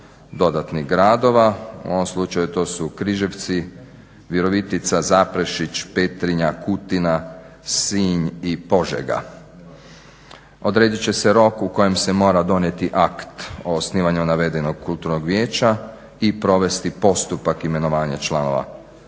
dodatnih gradova. U ovom slučaju to su Križevci, Virovitica, Zaprešić, Petrinja, Kutina, Sinj i Požega. Odredit će se rok u kojem se mora donijeti akt o osnivanju navedenog kulturnog vijeća i provesti postupak imenovanja članova